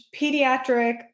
pediatric